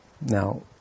now